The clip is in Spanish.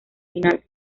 final